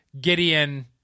Gideon